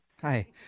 Hi